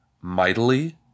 Mightily